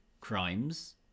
crimes